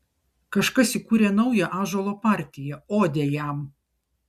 kažkas įkūrė naują ąžuolo partiją odę jam